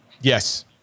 Yes